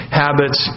habits